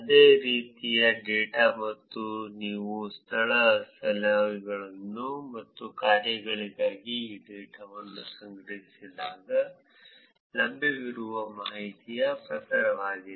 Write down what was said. ಅದು ರೀತಿಯ ಡೇಟಾ ಮತ್ತು ನೀವು ಸ್ಥಳ ಸಲಹೆಗಳು ಮತ್ತು ಕಾರ್ಯಗಳಿಗಾಗಿ ಈ ಡೇಟಾವನ್ನು ಸಂಗ್ರಹಿಸಿದಾಗ ಲಭ್ಯವಿರುವ ಮಾಹಿತಿಯ ಪ್ರಕಾರವಾಗಿದೆ